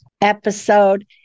episode